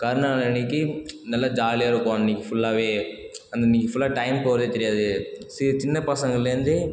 கரிநாள் அன்னைக்கி நல்ல ஜாலியாக இருக்கும் அன்னைக்கி ஃபுல்லாகவே அந்தன்னைக்கி ஃபுல்லா டைம் போகிறதே தெரியாது சீ சின்ன பசங்கள்லேர்ந்து